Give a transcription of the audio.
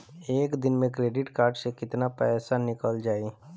एक दिन मे क्रेडिट कार्ड से कितना पैसा निकल जाई?